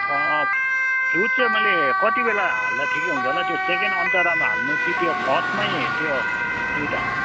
flute चाहिँ मैले कति बेला हाल्दा ठिकै हुन्छ होला त्यो सेकेन्ड अन्तरामा हाल्नु कि त्यो फर्स्टमै त्यो फ्ल्युट हाल्नु